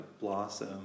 blossom